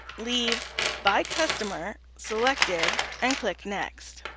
leave by customer selected and click next.